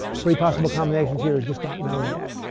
three possible combinations here are just not known yet.